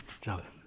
jealous